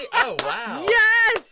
yeah oh, wow yeah